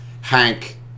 Hank